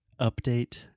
update